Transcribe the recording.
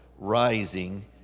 rising